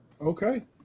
Okay